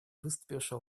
выступившего